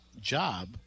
job